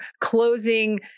closing